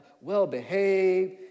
well-behaved